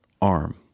arm